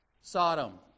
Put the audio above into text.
Sodom